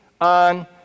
on